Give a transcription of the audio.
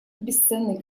бесценный